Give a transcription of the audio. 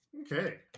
okay